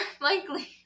likely